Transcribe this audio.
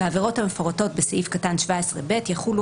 בעבירות המפורטות בסעיף קטן 17(ב) יחולו